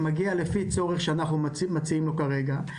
ומגיע לפי צורך שאנחנו מציעים לו כרגע.